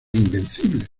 invencible